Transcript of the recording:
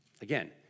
Again